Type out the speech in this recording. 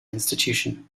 institution